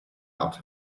out